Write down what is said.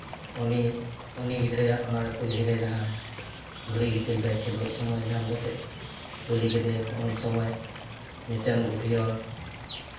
ᱩᱱᱤ ᱩᱱᱤ ᱜᱤᱫᱽᱨᱟᱹ ᱚᱱᱟ ᱠᱩᱞᱦᱤ ᱨᱮ ᱡᱟᱦᱟᱸ ᱫᱷᱩᱲᱤ ᱜᱤᱛᱤᱞ ᱨᱮ ᱠᱷᱮᱞᱚᱜ ᱥᱚᱢᱚᱭ ᱧᱟᱢ ᱠᱟᱛᱮ ᱠᱩᱞᱤ ᱠᱮᱫᱮᱭᱟᱠᱚ ᱩᱱ ᱥᱚᱢᱚᱭ ᱢᱤᱫᱴᱟᱝ ᱵᱩᱰᱷᱤ ᱦᱚᱲ